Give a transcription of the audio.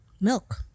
Milk